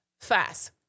fast